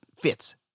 fits